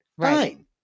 Fine